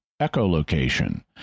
Echolocation